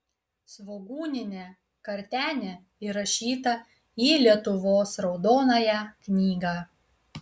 svogūninė kartenė įrašyta į lietuvos raudonąją knygą